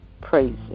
Praise